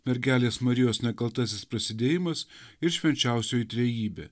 mergelės marijos nekaltasis prasidėjimas ir švenčiausioji trejybė